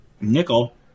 Nickel